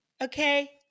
Okay